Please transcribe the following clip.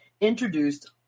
introduced